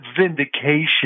vindication